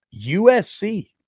USC